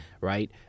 right